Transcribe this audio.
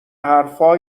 حرفا